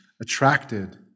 attracted